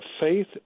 faith